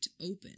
open